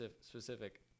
specific